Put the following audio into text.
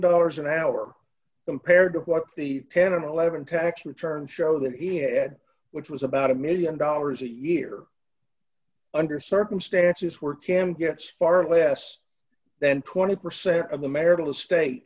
dollars an hour compared to what the ten dollars eleven cents tax returns show that he had which was about a one million dollars a year under circumstances where cam gets far less than twenty percent of the marital estate